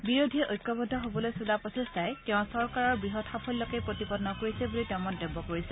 বিৰোধীয়ে ঐক্যবদ্ধ হবলৈ চলোৱা প্ৰচেষ্টাই তেওঁৰ চৰকাৰৰ বৃহৎ সাফল্যকে প্ৰতিপন্ন কৰিছে বুলি তেওঁ মন্তব্য কৰিছে